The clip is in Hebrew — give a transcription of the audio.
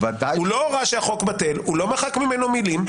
הוא לא הורה שהחוק בטל והוא לא מחק ממנו מילים.